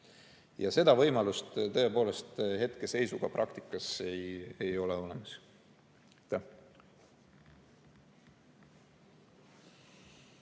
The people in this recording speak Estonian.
Ja seda võimalust tõepoolest hetkeseisuga praktikas ei ole olemas.